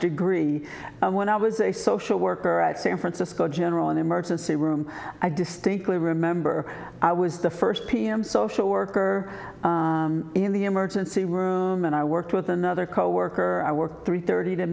degree when i was a social worker at san francisco general an emergency room i distinctly remember i was the first pm social worker in the emergency room and i worked with another coworker i work three thirty to